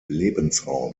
lebensraum